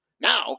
Now